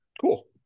Cool